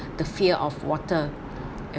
the fear of water